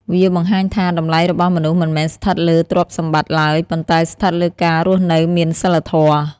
វាបង្ហាញថា តម្លៃរបស់មនុស្សមិនមែនស្ថិតលើទ្រព្យសម្បត្តិឡើយ ប៉ុន្តែស្ថិតលើការរស់នៅមានសីលធម៌។